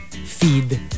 Feed